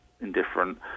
indifferent